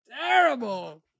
terrible